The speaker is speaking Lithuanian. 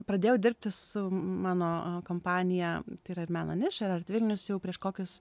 pradėjau dirbti su mano kompanija tai yra meno niša ir art vilnius jau prieš kokius